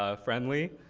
ah friendly,